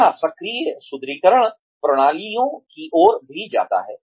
यह सक्रिय सुदृढीकरण प्रणालियों की ओर भी जाता है